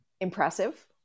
impressive